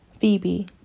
Phoebe